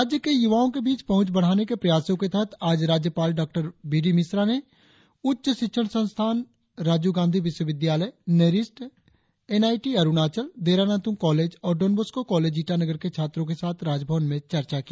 राज्य की युवाओं के बीच पहुंच बढ़ाने के प्रयासों के तहत आज राज्यपाल डॉ बी डी मिश्रा ने उच्च शिक्षण संस्थान राजीव गांधी विश्व विद्यालय NERIST N I T Arunachal Dera Natung college और डॉन बोस्को कॉलेज ईटानगर के छात्रों के साथ राजभवन में चर्चा की